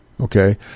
Okay